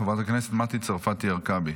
חברת הכנסת מטי צרפתי הרכבי.